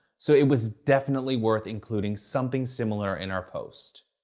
so it was definitely worth including something similar in our post.